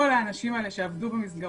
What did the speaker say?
כל האנשים האלה שעבדו במסגרות,